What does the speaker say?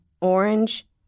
orange